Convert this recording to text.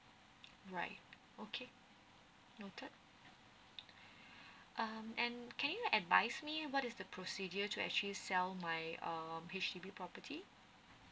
right okay noted um and can you advise me what is the procedure to actually sell my uh H_D_B property